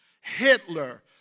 Hitler